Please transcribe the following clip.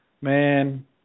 Man